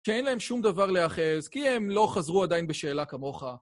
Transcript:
שאין להם שום דבר להיאחז, כי הם לא חזרו עדיין בשאלה כמוך.